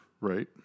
Right